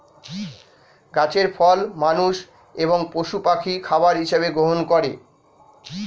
গাছের ফল মানুষ এবং পশু পাখি খাবার হিসাবে গ্রহণ করে